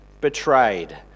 betrayed